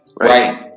right